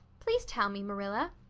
please tell me, marilla.